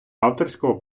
авторського